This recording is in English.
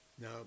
Now